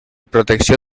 protecció